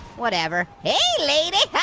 whatever. hey, lady,